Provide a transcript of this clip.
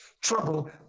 trouble